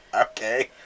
Okay